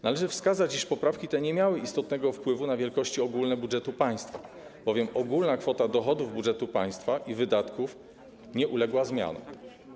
Należy wskazać, iż poprawki te nie miały istotnego wpływu na wielkości ogólne budżetu państwa, bowiem ogólna kwota dochodów i wydatków budżetu państwa nie uległa zmianom.